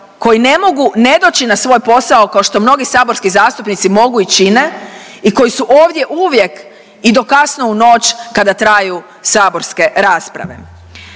koji ne mogu ne doći na svoj posao kao što mnogi saborski zastupnici mogu i čine i koji su ovdje uvijek i do kasno u noć kada traju saborske rasprave.